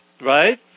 right